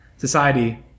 Society